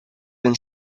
been